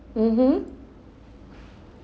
mmhmm